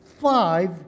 five